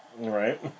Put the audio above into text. Right